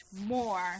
more